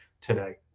today